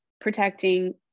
protecting